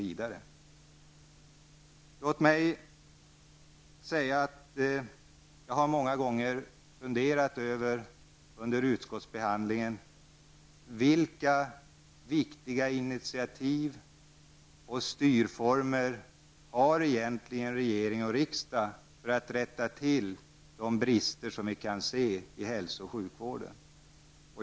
Under utskottsbehandlingen har jag ofta funderat över vilka viktiga initiativ och styrformer som regering och riksdag egentligen har för att rätta till de brister som vi kan se inom hälso och sjukvården.